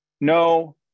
No